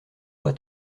voix